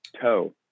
Toe